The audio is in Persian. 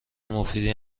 مفیدی